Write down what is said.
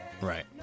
right